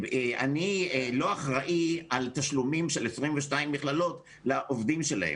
אני לא אחראי על תשלומים של 22 מכללות לעובדים שלהן.